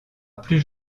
plus